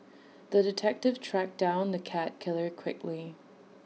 the detective tracked down the cat killer quickly